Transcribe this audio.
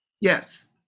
yes